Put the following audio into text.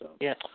Yes